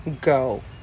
Go